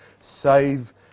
save